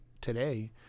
today